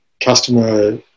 customer